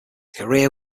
career